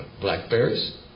blackberries